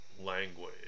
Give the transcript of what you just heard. language